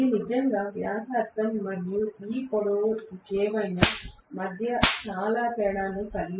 ఇది నిజంగా వ్యాసార్థం మరియు ఈ పొడవు ఏమైనా మధ్య చాలా తేడాను కలిగి ఉండదు